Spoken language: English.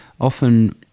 often